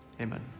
Amen